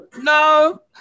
No